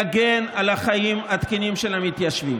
כל מה שיכולנו כדי להגן על החיים התקינים של המתיישבים.